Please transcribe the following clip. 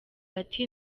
ati